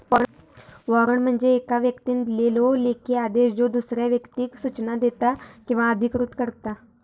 warrant म्हणजे येका व्यक्तीन दिलेलो लेखी आदेश ज्यो दुसऱ्या व्यक्तीक सूचना देता किंवा अधिकृत करता